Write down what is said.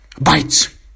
Bites